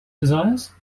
desires